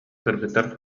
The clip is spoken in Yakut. кыргыттар